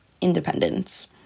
independence